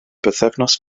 bythefnos